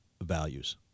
values